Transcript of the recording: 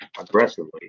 aggressively